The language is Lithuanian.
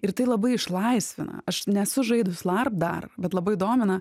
ir tai labai išlaisvina aš nesu žaidus larp dar bet labai domina